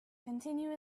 continue